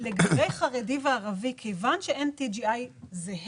לגבי חרדי וערבי כיוון שאין TGI זהה